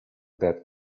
that